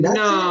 no